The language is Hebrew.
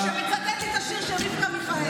בשביל שיצטט לי את השיר של רבקה מיכאלי?